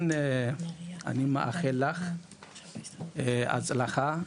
אני מאחל לך הצלחה,